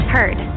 Heard